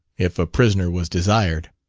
if a prisoner was desired.